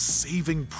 saving